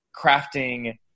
crafting